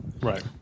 Right